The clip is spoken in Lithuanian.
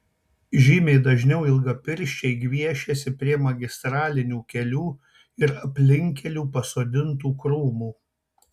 žymiai dažniau ilgapirščiai gviešiasi prie magistralinių kelių ir aplinkkelių pasodintų krūmų